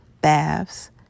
baths